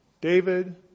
David